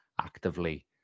actively